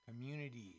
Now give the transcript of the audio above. communities